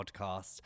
podcast